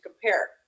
compare